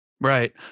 Right